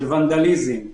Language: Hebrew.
של ונדליזם,